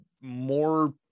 more